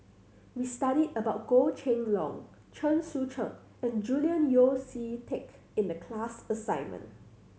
we studied about Goh Kheng Long Chen Sucheng and Julian Yeo See Teck in the class assignment